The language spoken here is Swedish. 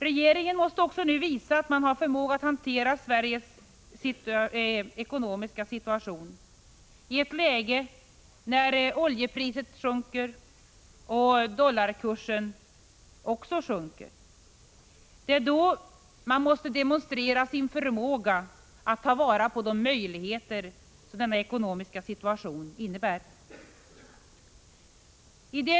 Regeringen måste också nu visa att man har förmåga att hantera Sveriges ekonomiska situation i ett läge där oljepriset och dollarkursen sjunker. Det är då man måste demonstrera sin förmåga att ta vara på de möjligheter som denna ekonomiska situation innebär.